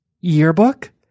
Yearbook